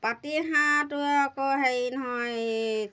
পাতিহাঁহটো আকৌ হেৰি নহয় এই